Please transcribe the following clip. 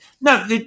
no